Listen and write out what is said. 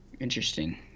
interesting